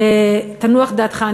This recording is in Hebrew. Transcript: תנוח דעתך,